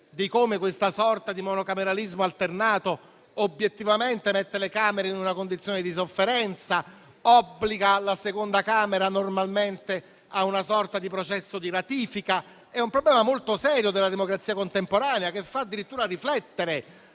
di come questa sorta di monocameralismo alternato obiettivamente metta le Camere in una condizione di sofferenza e riservi normalmente alla seconda Camera una sorta di processo di ratifica. È un problema molto serio della democrazia contemporanea, che fa addirittura riflettere